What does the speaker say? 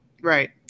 Right